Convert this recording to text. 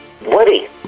Woody